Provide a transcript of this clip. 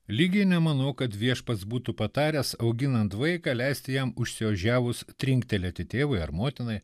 lygiai nemanau kad viešpats būtų pataręs auginant vaiką leisti jam užsiožiavus trinktelėti tėvui ar motinai